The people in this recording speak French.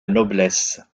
noblesse